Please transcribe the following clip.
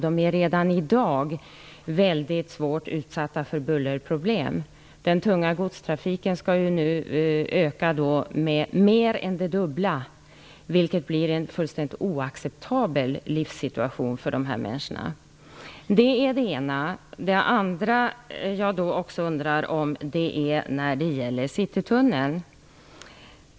De är redan i dag väldigt hårt utsatta för bullerproblem. Den tunga godstrafiken skall nu öka med mer än det dubbla, vilket ger en fullständigt oacceptabel livssituation för dessa människor. Det är det ena. Det andra jag undrar om är Citytunneln.